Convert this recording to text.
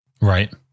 Right